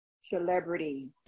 celebrity